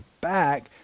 back